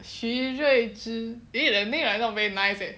徐睿知 eh the name like not very nice eh